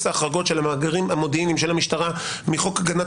ההחרגות של המאגרים המודיעיניים של המשטרה מחוק הגנת